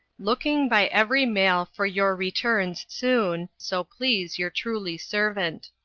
looking by every mail for your returns soon, so please your truly servant.